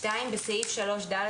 (2) בסעיף 3(ד),